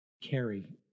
carry